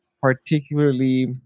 particularly